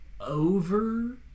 over